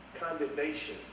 condemnation